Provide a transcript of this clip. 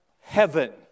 heaven